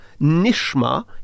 Nishma